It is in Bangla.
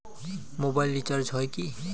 মোবাইল রিচার্জ হয় কি?